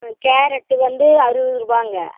ம் கேரட்டு வந்து அறுபது ரூபாய்ங்க